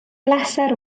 bleser